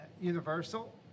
Universal